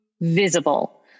visible